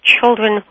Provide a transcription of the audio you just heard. children